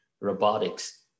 robotics